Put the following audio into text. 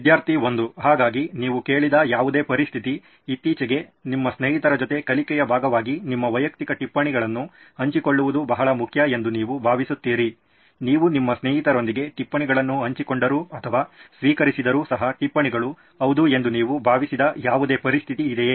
ವಿದ್ಯಾರ್ಥಿ 1 ಹಾಗಾಗಿ ನೀವು ಕೇಳಿದ ಯಾವುದೇ ಪರಿಸ್ಥಿತಿ ಇತ್ತೀಚೆಗೆ ನಿಮ್ಮ ಸ್ನೇಹಿತರ ಜೊತೆ ಕಲಿಕೆಯ ಭಾಗವಾಗಿ ನಿಮ್ಮ ವೈಯಕ್ತಿಕ ಟಿಪ್ಪಣಿಗಳನ್ನು ಹಂಚಿಕೊಳ್ಳುವುದು ಬಹಳ ಮುಖ್ಯ ಎಂದು ನೀವು ಭಾವಿಸಿದ್ದೀರಿ ನೀವು ನಿಮ್ಮ ಸ್ನೇಹಿತರೊಂದಿಗೆ ಟಿಪ್ಪಣಿಗಳನ್ನು ಹಂಚಿಕೊಂಡರೂ ಅಥವಾ ಸ್ವೀಕರಿಸಿದರೂ ಸಹ ಟಿಪ್ಪಣಿಗಳು ಹೌದು ಎಂದು ನೀವು ಭಾವಿಸಿದ ಯಾವುದೇ ಪರಿಸ್ಥಿತಿ ಇದೆಯೇ